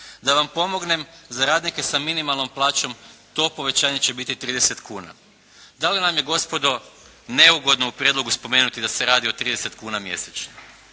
Da vam pomognem, za radnike sa minimalnom plaćom to povećanje će biti 30 kuna. Da li nam je gospodo neugodno u prijedlogu spomenuti da se radi o 30 kuna mjesečno?